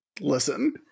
listen